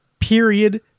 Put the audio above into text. period